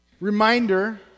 reminder